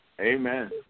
Amen